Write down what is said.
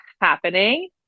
happening